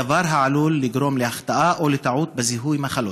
דבר העלול לגרום להחטאה או לטעות בזיהוי מחלות.